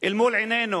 אל מול עינינו.